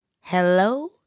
Hello